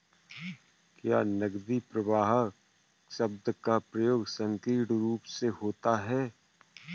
क्या नकदी प्रवाह शब्द का प्रयोग संकीर्ण रूप से होता है?